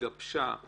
שהתגבשה החלטה,